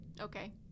okay